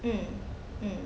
mm mm